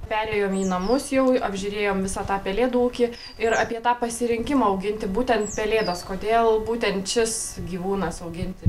perėjom į namus jau apžiūrėjom visą tą pelėdų ūkį ir apie tą pasirinkimą auginti būtent pelėdos kodėl būtent šis gyvūnas auginti